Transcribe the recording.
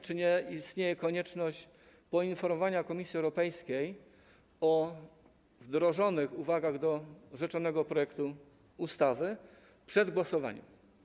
Czy nie istnieje konieczność poinformowania Komisji Europejskiej o uwagach wdrożonych do rzeczonego projektu ustawy przed głosowaniem?